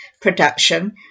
production